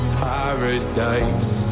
paradise